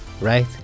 right